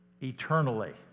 eternally